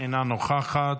אינה נוכחת.